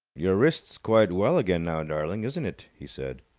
your wrist's quite well again now, darling, isn't it? he said.